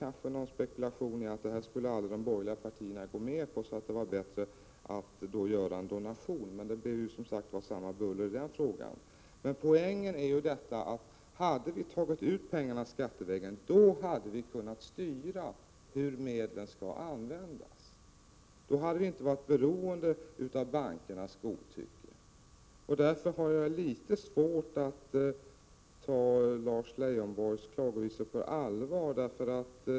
Kanske den spekulerade iatt de borgerliga partierna aldrig skulle gå med på en sådan beskattning och att det därför var bättre att utverka en donation. Men det blev samma buller på den punkten! Poängen är ju att om vi hade tagit ut pengarna skattevägen hade vi kunnat styra användningen av medlen. Då hade vi inte varit beroende av bankernas godtycke. Jag har därför litet svårt att ta Lars Leijonborg på allvar.